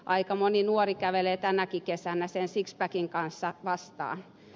aika moni nuori kävelee tänäkin kesänä sen sikspäkin kanssa vastaan